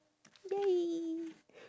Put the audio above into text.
!yay!